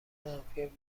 منفی